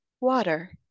water